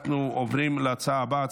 אנחנו עוברים להצעה הבאה.